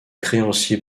créanciers